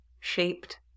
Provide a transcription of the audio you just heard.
shaped